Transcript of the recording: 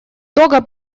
того